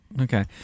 Okay